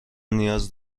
نیاز